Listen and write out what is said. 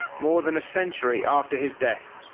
more than a century after his death.